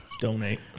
donate